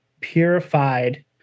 purified